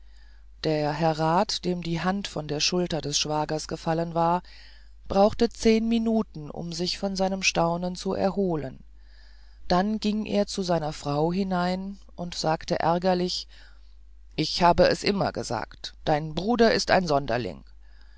der herr rat dem die hand von der schulter des schwagers gefallen war brauchte zehn minuten um sich von seinem staunen zu erholen dann ging er zu seiner frau hinein und sagte ärgerlich ich hab es immer gesagt dein bruder ist ein sonderling